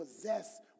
possess